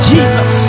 Jesus